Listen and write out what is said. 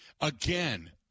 again